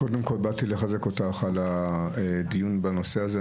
קודם כול, באתי לחזק אותך על הדיון בנושא הזה.